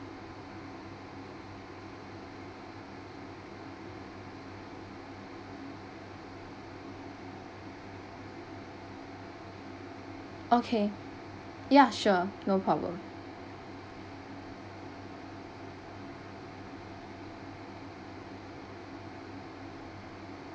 okay ya sure no problem